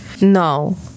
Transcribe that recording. no